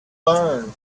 learn